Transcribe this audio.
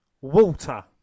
Walter